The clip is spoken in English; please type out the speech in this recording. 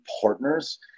partners